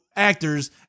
actors